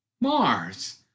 Mars